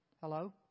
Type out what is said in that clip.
Hello